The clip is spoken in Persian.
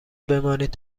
بمانید